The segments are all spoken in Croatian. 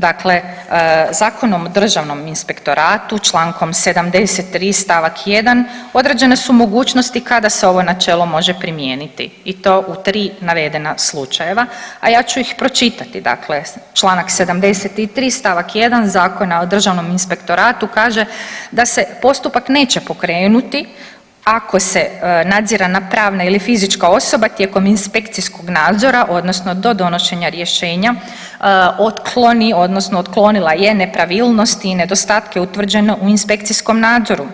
Dakle Zakonom o Državnom inspektoratu, čl. 73 st. 1 određene su mogućnosti kada se ovo načelno može primijeniti i to u 3 navedena slučajeva, a ja ću ih pročitati, dakle čl. 73 st. 1 Zakona o Državnom inspektoratu kaže, da se postupak neće pokrenuti ako se nadzirana pravna ili fizička osoba tijekom inspekcijskog nadzora, odnosno do donošenja rješenja otkloni, odnosno otklonila je nepravilnosti i nedostatke utvrđene u inspekcijskom nadzoru,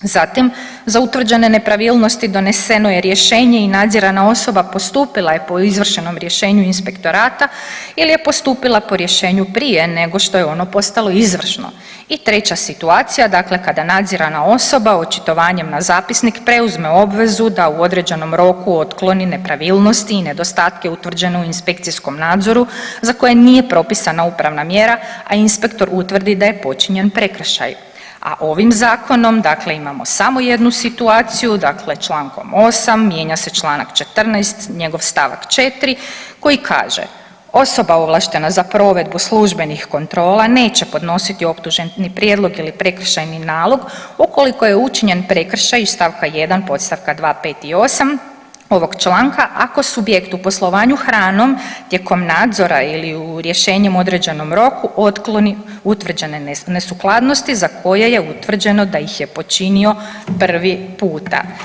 zatim, za utvrđene nepravilnosti doneseno je rješenje i nadzirana osoba postupila je po izvršenom rješenju Inspektorata ili je postupila po rješenju prije nego što je ono postalo izvršno, i treća situacija dakle kada nadzirana osoba očitovanjem na zapisnik preuzme obvezu da u određenom roku otkloni nepravilnosti i nedostatke utvrđene u inspekcijskom nadzoru za koju nije propisana upravna mjera a inspektor utvrdi da je počinjen prekršaj, a ovim zakonom dakle, imamo samo jednu situaciju, dakle, člankom 8. mijenja se članak 14. njegov stavak 4. koji kaže: osoba ovlaštena za provedbu službenih kontrola neće podnositi optuženi prijedlog ili prekršajni nalog ukoliko je učinjen prekršaj iz stavka jedan, podstavka dva, pet i osam ovog članka, ako subjekt u poslovanju hranom tijekom nadzora ili u rješenjem određenom roku otkloni utvrđene nesukladnosti za koje je utvrđeno da ih je počinio prvi puta.